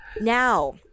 now